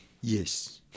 Yes